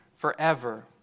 forever